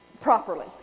properly